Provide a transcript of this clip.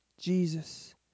Jesus